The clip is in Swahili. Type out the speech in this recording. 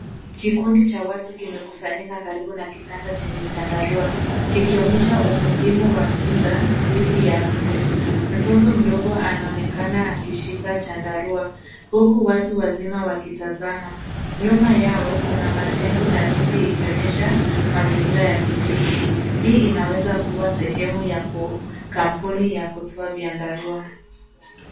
Kikundi cha watu kimekusanyika karibu na kitanda chenye chandarua kikionyesha umuhimu wa kinga dhidi ya mbu. Mtoto mdogo anaonekana akishika chandarua huku watu wazima wakitazama. Nyuma yao kuna majengo na miti ikionyesha mazingira ya kijiji. Hii inaweza kuwa sehemu ya kampuni ya kutoa vyandarua.